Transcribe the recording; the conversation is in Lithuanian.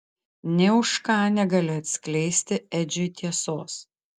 nė už ką negali atskleisti edžiui tiesos